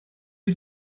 wyt